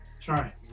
try